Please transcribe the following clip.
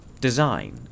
design